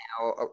now